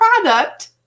product